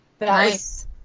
Nice